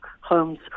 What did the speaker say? homes